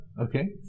Okay